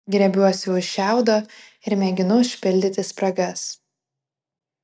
griebiuosi už šiaudo ir mėginu užpildyti spragas